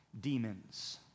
demons